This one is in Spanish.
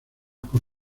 por